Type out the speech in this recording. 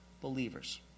believers